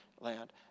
land